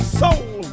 soul